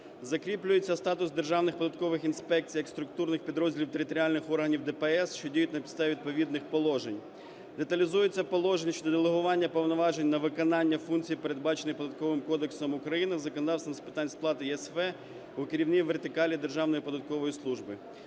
закріплюється статус державних податкових інспекцій як структурних підрозділів територіальних органів ДПС, що діють на підставі відповідних положень; деталізуються положення щодо делегування повноважень на виконання функцій, передбачених Податковим кодексом України, законодавства з питань сплати ЄСВ у керівній вертикалі Державної податкової служби.